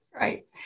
Right